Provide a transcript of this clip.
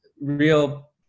real